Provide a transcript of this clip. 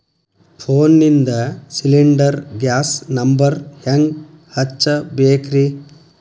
ಫೋನಿಂದ cylinder gas number ಹೆಂಗ್ ಹಚ್ಚ ಬೇಕ್ರಿ?